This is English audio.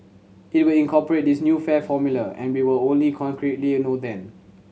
it will incorporate this new fare formula and we will only concretely know then